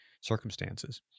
circumstances